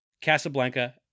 Casablanca